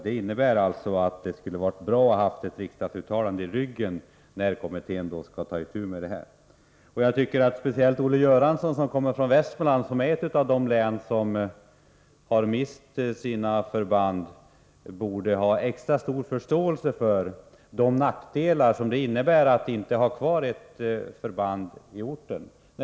Det skulle ha varit bra för kommittén att ha ett riksdagsuttalande i ryggen när den skall ta itu med detta arbete. Speciellt Olle Göransson, som kommer från Västmanlands län, ett av de län som har mist sina förband, borde ha extra stor förståelse för de nackdelar som det innebär att inte ha ett förband på orten.